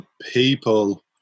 people